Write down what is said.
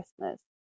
Christmas